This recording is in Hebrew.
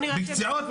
בקציעות?